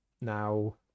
Now